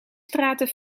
straten